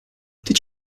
did